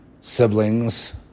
siblings